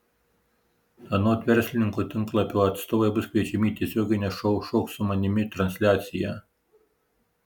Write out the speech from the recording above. anot verslininko tinklapio atstovai bus kviečiami į tiesioginę šou šok su manimi transliaciją